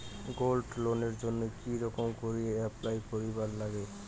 Gold লোনের জইন্যে কি রকম করি অ্যাপ্লাই করিবার লাগে?